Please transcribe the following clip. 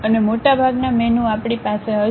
અને મોટાભાગના મેનૂ આપણી પાસે હશે